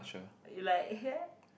you like her